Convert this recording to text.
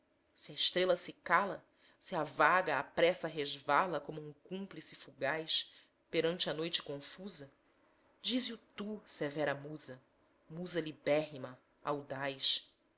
a estrela se cala se a vaga à pressa resvala como um cúmplice fugaz perante a noite confusa dize o tu severa musa musa libérrima audaz